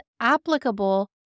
applicable